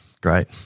Great